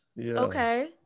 Okay